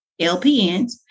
LPNs